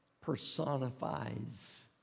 personifies